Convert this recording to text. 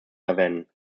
erwähnen